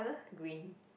green